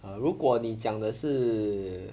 err 如果你讲的是